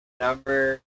number